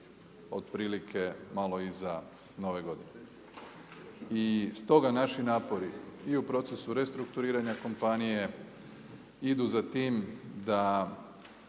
otprilike malo iza nove godine. I stoga naši napori i u procesu restrukturiranja kompanije idu za time da